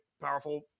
powerful